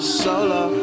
solo